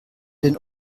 den